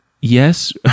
yes